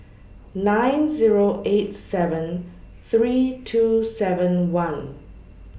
nine Zero eight seven three two seven one